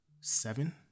seven